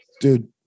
dude